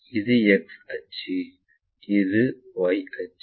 இது எக்ஸ் அச்சு இது Y அச்சு